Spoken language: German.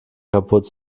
kaputt